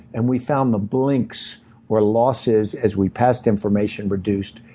and we found the blinks or losses as we passed information reduced.